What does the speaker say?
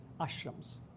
ashrams